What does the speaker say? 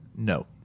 No